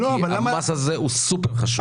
כי המס הזה הוא סופר חשוב.